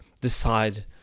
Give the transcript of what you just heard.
decide